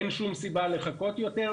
אין שום סיבה לחכות יותר,